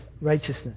righteousness